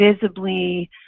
visibly